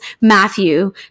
Matthew